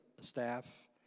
staff